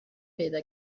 پیدا